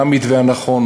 מה המתווה הנכון,